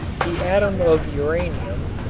the atom of uranium,